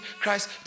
Christ